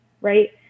right